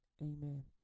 Amen